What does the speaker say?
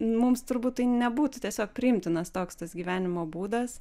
mums turbūt tai nebūtų tiesiog priimtinas toks tas gyvenimo būdas